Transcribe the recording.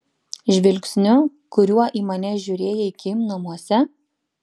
žvilgsniu kuriuo į mane žiūrėjai kim namuose